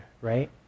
right